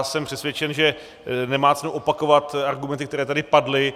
Jsem přesvědčen, že nemá cenu opakovat argumenty, které tady padly.